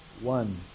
One